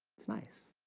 it's nice